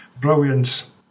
brilliance